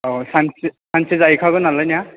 औ सानसे सानसे जाहैखागोन नालाय ना